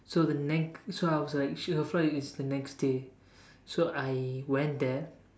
so the next so I was like she her flight was the next day so I went there